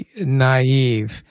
naive